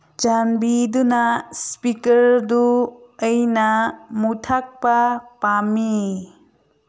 ꯆꯥꯟꯕꯤꯗꯨꯅ ꯏꯁꯄꯤꯀꯔꯗꯨ ꯑꯩꯅ ꯃꯨꯊꯠꯄ ꯄꯥꯝꯃꯤ